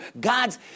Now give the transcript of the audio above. God's